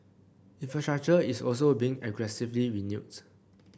infrastructure is also being aggressively renewed